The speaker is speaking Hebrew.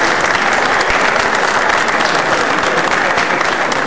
(מחיאות כפיים)